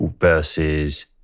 Versus